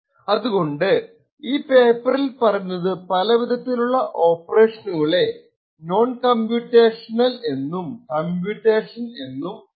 അതുകൊണ്ട് ഈ പേപ്പറിൽ പറയുന്നത് പല വിധത്തിലുള്ള ഓപ്പറേഷനുകളെ നോൺ കമ്പ്യൂട്ടേഷ നൽ എന്നും കമ്പ്യൂട്ടേഷനൽ എന്നു മായി തിരിക്കാം